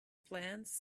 plans